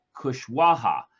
Kushwaha